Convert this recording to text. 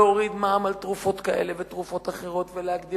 להוריד מע"מ על תרופות כאלה ותרופות אחרות ולהגדיל